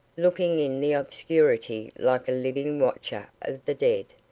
looking in the obscurity like a living watcher of the dead,